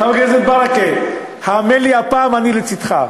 חבר הכנסת ברכה, האמן לי, הפעם אני לצדך.